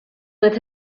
with